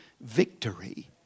victory